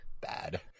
bad